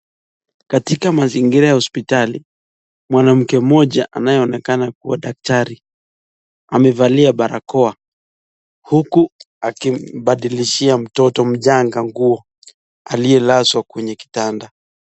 Katika mazingira ya hospitali mwanamke mmoja anayeonekana kuwa daktari amevalia barakoa huku akimbadilishia mtoto mchanga nguo aliyelazwa kwenye kitanda.